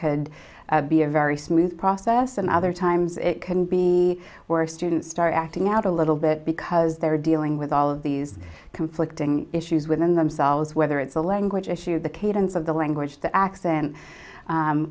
could be a very smooth process and other times it can be where students start acting out a little bit because they're dealing with all of these conflicting issues within themselves whether it's a language issue the cadence of the language the accent